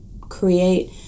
create